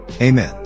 Amen